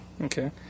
Okay